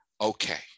Okay